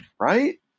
Right